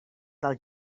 dels